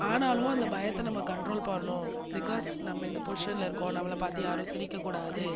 ஆனாலும் அந்த பயத்தை நம்ம கன்ட்ரோல் பண்ணனும் பிகாஸ் நம்ம இந்த பொஸிஷனில் இருக்கோம் நம்மளை பார்த்து யாரும் சிரிக்க கூடாது